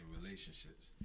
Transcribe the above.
relationships